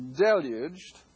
deluged